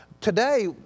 today